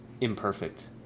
imperfect